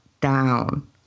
down